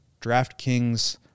DraftKings